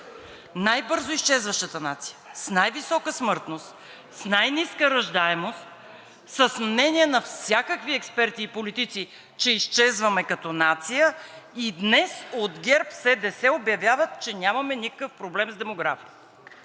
Най-бързо изчезващата нация, с най-висока смъртност, с най-ниска раждаемост, с мнение на всякакви експерти и политици, че изчезваме като нация и днес от ГЕРБ-СДС обявяват, че нямаме никакъв проблем с демографията.